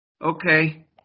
okay